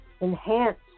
enhance